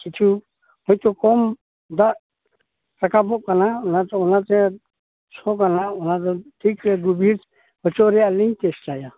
ᱠᱤᱪᱷᱩ ᱦᱳᱭᱛᱳ ᱠᱚᱢ ᱫᱟᱜ ᱨᱟᱠᱟᱵᱚᱜ ᱠᱟᱱᱟ ᱚᱱᱟ ᱛᱮ ᱚᱱᱟ ᱛᱮ ᱥᱚ ᱠᱟᱱᱟ ᱚᱱᱟ ᱫᱚ ᱴᱷᱤᱠ ᱦᱩᱭᱩᱜᱼᱟ ᱜᱩᱵᱷᱤᱨ ᱦᱚᱪᱚ ᱨᱮᱭᱟᱜ ᱞᱤᱧ ᱪᱮᱥᱴᱟᱭᱟ